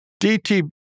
DT